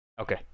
Okay